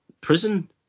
prison